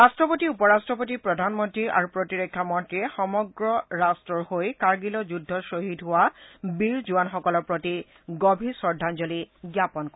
ৰাট্ৰপতি উপৰট্ৰপতি প্ৰধানমন্ত্ৰী আৰু প্ৰতিৰক্ষা মন্ত্ৰীয়ে সমগ্ৰ ৰাট্টৰ হৈ কাৰ্গিলৰ যুদ্ধত শ্বহীদ হোৱা বীৰ জোৱানসকলৰ প্ৰতি গভীৰ শ্ৰদ্ধাঞ্জলি জ্ঞাপন কৰে